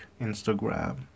Instagram